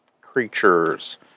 creatures